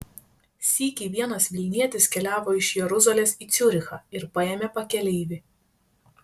sykį vienas vilnietis keliavo iš jeruzalės į ciurichą ir paėmė pakeleivį